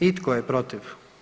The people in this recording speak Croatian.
I tko je protiv?